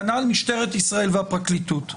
כנ"ל משטרת ישראל והפרקליטות.